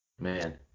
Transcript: Man